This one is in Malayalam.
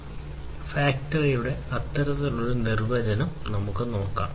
സ്മാർട്ട് ഫാക്ടറിയുടെ അത്തരമൊരു നിർവചനം നമുക്ക് നോക്കാം